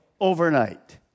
overnight